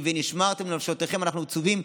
כי ב"ונשמרתם לנפשותיכם" אנחנו מצווים,